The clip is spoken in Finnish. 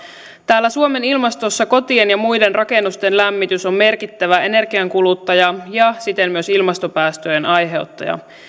täällä suomen ilmastossa kotien ja muiden rakennusten lämmitys on merkittävä energiankuluttaja ja siten myös ilmastopäästöjen aiheuttaja